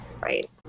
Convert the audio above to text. Right